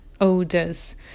odors